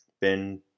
Ben